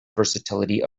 versatility